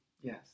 Yes